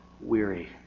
weary